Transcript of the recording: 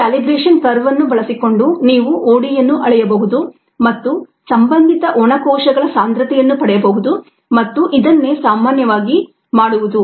ಈ calibration curve ಅನ್ನು ಬಳಸಿಕೊಂಡು ನೀವು OD ಯನ್ನು ಅಳೆಯಬಹುದು ಮತ್ತು ಸಂಬಂಧಿತ ಒಣ ಕೋಶಗಳ ಸಾಂದ್ರತೆಯನ್ನು ಪಡೆಯಬಹುದು ಮತ್ತು ಇದನ್ನೇ ಸಾಮಾನ್ಯವಾಗಿ ಮಾಡುವುದು